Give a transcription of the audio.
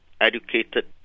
educated